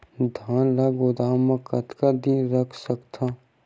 धान ल गोदाम म कतेक दिन रख सकथव?